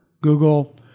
Google